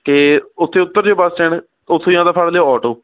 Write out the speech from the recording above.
ਅਤੇ ਉੱਥੇ ਉਤਰ ਜਾਇਓ ਬੱਸ ਸਟੈਂਡ ਉੱਥੇ ਜਾਂ ਤਾਂ ਫੜ ਲਿਓ ਓਟੋ